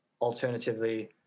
alternatively